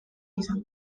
izango